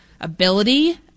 ability